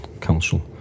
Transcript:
council